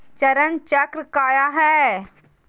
चरण चक्र काया है?